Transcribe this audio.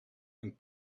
een